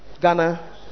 Ghana